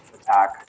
attack